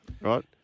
Right